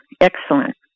Excellent